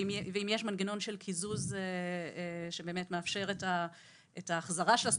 ואם יש מנגנון של קיזוז שמאפשר את ההחזרה של הסכום,